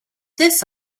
this